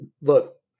Look